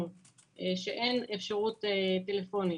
כשאין אפשרות טלפונית,